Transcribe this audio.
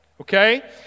okay